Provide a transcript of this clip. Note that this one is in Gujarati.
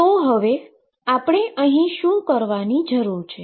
તો હવે આપણે અહીં શું કરવાની જરૂર છે